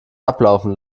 ablaufen